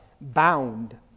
bound